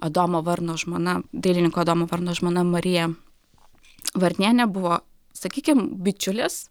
adomo varno žmona dailininko adomo varno žmona marija varnienė buvo sakykim bičiulės